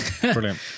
Brilliant